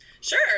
Sure